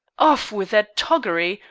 off with that toggery!